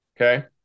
Okay